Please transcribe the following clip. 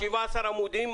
17 עמודים,